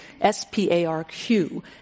S-P-A-R-Q